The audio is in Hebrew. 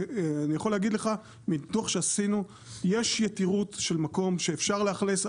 ואני יכול להגיד לך מתוך שעשינו יש יתירות של מקום שאפשר לאכלס,